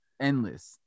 endless